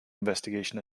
investigation